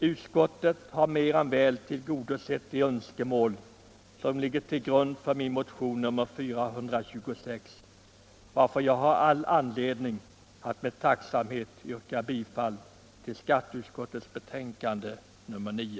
Utskottet har mer än väl tillgodosett de önskemål som ligger till grund för min motion nr 426, varför jag har all anledning att med tacksamhet yrka bifall till skatteutskottets hemställan i betänkandet nr 9.